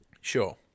Sure